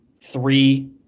three